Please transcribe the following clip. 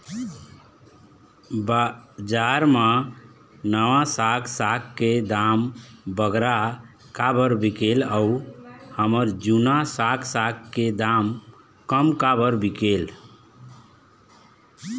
बजार मा नावा साग साग के दाम बगरा काबर बिकेल अऊ हमर जूना साग साग के दाम कम काबर बिकेल?